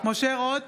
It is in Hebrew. משה רוט,